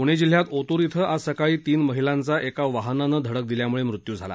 पूणे जिल्ह्यात ओतूर इथं आज सकाळी तीन महिलांचा एका वाहनानं धडक दिल्यामुळे मृत्यू झाला